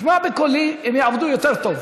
תשמע בקולי, הם יעבדו יותר טוב.